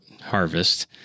harvest